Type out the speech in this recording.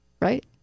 right